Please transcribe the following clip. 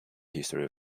history